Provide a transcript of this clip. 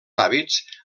hàbits